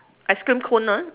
ice cream cone ah